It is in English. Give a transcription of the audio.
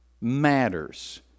matters